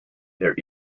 there